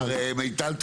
רגע, מיטל.